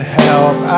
help